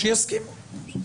שיסכימו לו.